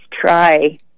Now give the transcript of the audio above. try